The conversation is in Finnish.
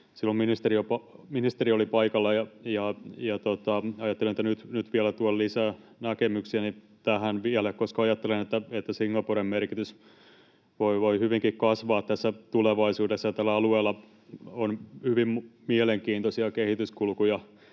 Silloin ministeri oli paikalla, ja ajattelin, että nyt vielä tuon lisää näkemyksiäni tähän, koska ajattelen, että Singaporen merkitys voi hyvinkin kasvaa tulevaisuudessa ja tällä alueella on nähtävillä myös hyvin mielenkiintoisia kehityskulkuja.